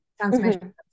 transmission